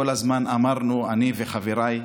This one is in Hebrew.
כל הזמן אמרנו, אני וחבריי,